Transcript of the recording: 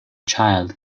child